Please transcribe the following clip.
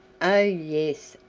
oh! yes,